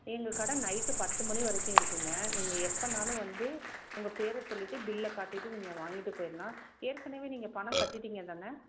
எங்கக்கடை night பத்துமணி வரைக்கும் இருக்குங்க நீங்கள் எப்போனாலும் வந்து உங்கள் பேரை சொல்லிவிட்டு பில்லை காட்டிவிட்டு நீங்க வாங்கிகிட்டு போயிடலாம் ஏற்கனவே நீங்கள் பணம் கட்டிட்டிங்க தானே